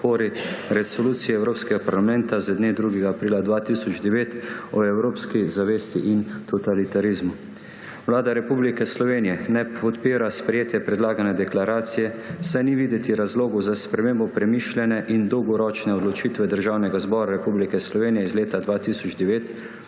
Resoluciji Evropskega parlamenta z dne 2. aprila 2009 o evropski zavesti in totalitarizmu. Vlada Republike Slovenije ne podpira sprejetja predlagane deklaracije, saj ni videti razlogov za spremembo premišljene in dolgoročne odločitve Državnega zbora Republike Slovenije iz leta 2009,